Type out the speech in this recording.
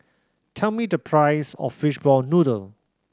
tell me the price of fishball noodle